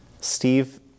Steve